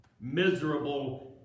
miserable